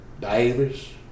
Davis